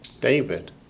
David